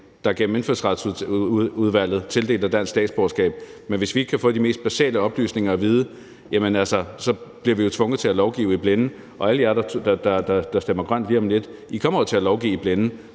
der gennem Indfødsretsudvalget tildeler dansk statsborgerskab, men hvis vi ikke kan få de mest basale oplysninger, bliver vi jo tvunget til at lovgive i blinde. Og alle jer, der stemmer grønt lige om lidt, kommer jo til at lovgive i blinde,